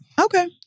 Okay